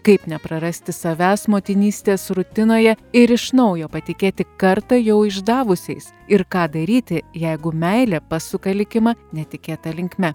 kaip neprarasti savęs motinystės rutinoje ir iš naujo patikėti kartą jau išdavusiais ir ką daryti jeigu meilė pasuka likimą netikėta linkme